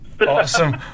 Awesome